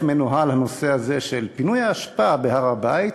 מנוהל הנושא הזה של פינוי האשפה בהר-הבית.